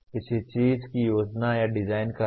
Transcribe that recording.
किसी चीज की योजना या डिजाइन करना